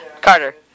Carter